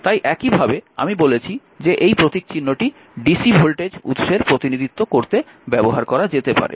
তাই একইভাবে আমি বলেছি যে এই প্রতীকচিহ্নটি dc ভোল্টেজ উৎস প্রতিনিধিত্ব করতে ব্যবহার করা যেতে পারে